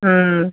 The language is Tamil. ம்